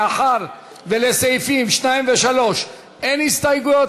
מאחר שלסעיפים 2 ו-3 אין הסתייגויות,